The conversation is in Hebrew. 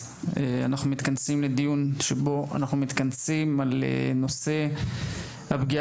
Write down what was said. אנחנו מתכנסים לדיון סביב הנושא של הפגיעה